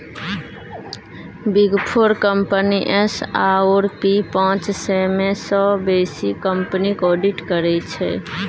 big four company S आओर P पाँच सय मे सँ बेसी कंपनीक आडिट करै छै